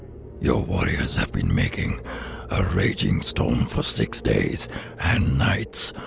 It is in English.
your warriors have been making a raging storm for six days and nights,